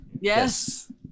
yes